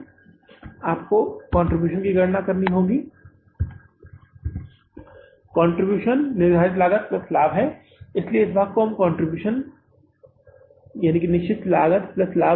आपको योगदान की गणना करनी है कंट्रीब्यूशन निर्धारित लागत लाभ है इसलिए इस भाग के लिए कंट्रीब्यूशन निश्चित लागत प्लस लाभ है